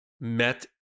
met